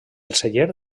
celler